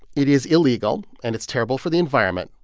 it is illegal, and it's terrible for the environment.